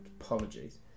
Apologies